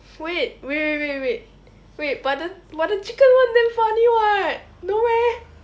wait wait wait wait wait but the but the chicken [one] damn funny [what] no meh